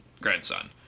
grandson